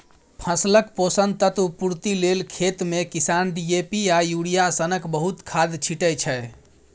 फसलक पोषक तत्व पुर्ति लेल खेतमे किसान डी.ए.पी आ युरिया सनक बहुत खाद छीटय छै